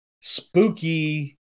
spooky